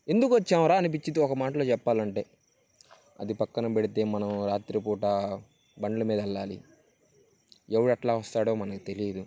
ఎందుకు వచ్చామురా అనిపిస్తుంది ఒక మాటలో చెప్పాలంటే అది పక్కన పెడితే మనం రాత్రిపూట బండ్ల మీద వెళ్ళాలి ఎవడు అట్లా వస్తాడో మనకి తెలియదు